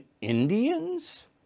Indians